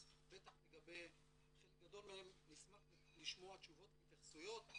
אז בטח לגבי חלק גדול מהם נשמח לשמוע תשובות והתייחסויות.